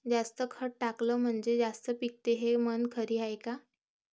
जास्त खत टाकलं म्हनजे जास्त पिकते हे म्हन खरी हाये का?